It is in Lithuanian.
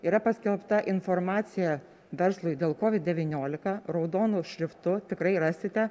yra paskelbta informacija verslui dėl covid devyniolika raudonu šriftu tikrai rasite